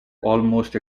almost